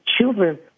children